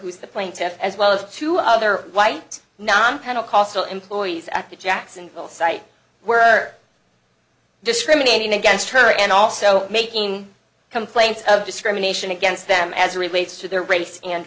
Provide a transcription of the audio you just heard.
who's the plaintiffs as well as two other white non pentecostal employees at the jacksonville site were discriminating against her and also making complaints of discrimination against them as relates to their race and